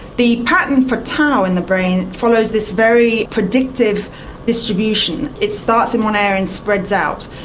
the pattern for tau in the brain follows this very predictive distribution. it starts in one area and spreads out.